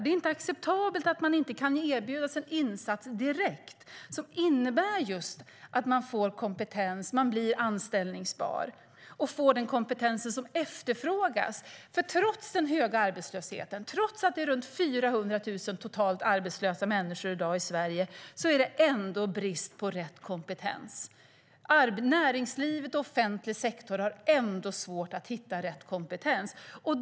Det är inte acceptabelt att man inte direkt kan erbjudas en insats som innebär att man får kompetens, blir anställbar och får den kompetens som efterfrågas. Trots den höga arbetslösheten, trots att det totalt är runt 400 000 arbetslösa människor i dag i Sverige är det ändå brist på rätt kompetens. Näringslivet och den offentliga sektorn har ändå svårt att hitta rätt kompetens.